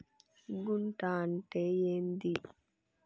గుంట అంటే ఏంది?